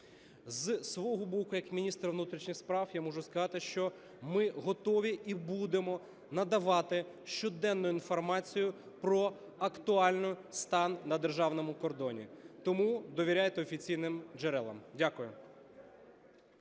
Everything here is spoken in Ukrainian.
Зі свого боку як міністр внутрішніх справ я можу сказати, що ми готові і будемо надавати щоденну інформацію про актуальний стан на державному кордоні. Тому довіряйте офіційним джерелам. Дякую.